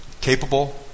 Capable